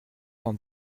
temps